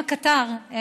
הם הקטר,